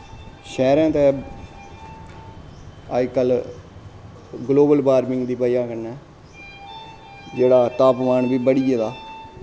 शैह्रें दै अजकल्ल गलोवल बार्मिंग दी बजह कन्नै जेह्ड़ा तापमान बी बधी गेदा